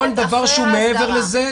כל דבר שהוא מעבר לזה,